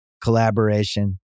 collaboration